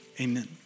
Amen